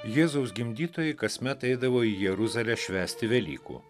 jėzaus gimdytojai kasmet eidavo į jeruzalę švęsti velykų